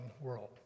world